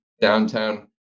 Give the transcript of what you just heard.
downtown